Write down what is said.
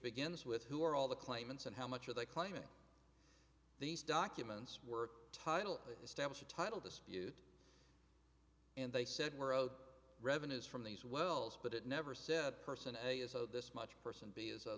begins with who are all the claimants and how much are they claiming these documents were title establish a title dispute and they said were owed revenues from these wells but it never said person a is so this much person b is